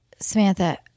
Samantha